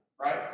right